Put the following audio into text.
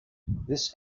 this